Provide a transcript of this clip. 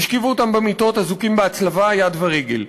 השכיבו אותם במיטות, אזוקים בהצלבה, יד ורגל.